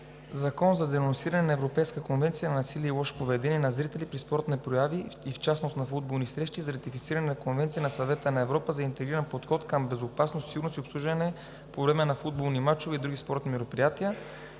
„Закон за денонсиране на Европейската конвенция за насилието и лошото поведение на зрители при спортни прояви и в частност на футболни срещи за ратифициране на Конвенцията на Съвета на Европа за интегриран подход към безопасност, сигурност и обслужване по време на футболни мачове и други спортни мероприятия